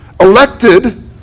Elected